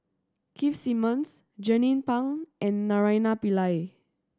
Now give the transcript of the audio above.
Keith Simmons Jernnine Pang and Naraina Pillai